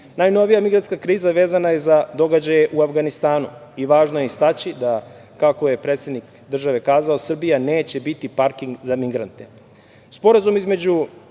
način. Najnovija migratska kriza vezana je za događaje u Avganistanu. Važno je istaći da kako je predsednik države kazao – Srbija neće biti parking za migrante. Sporazum